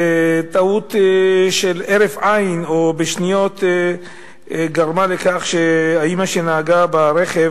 טעות של הרף עין או של שניות גרמה לכך שהאמא שנהגה ברכב,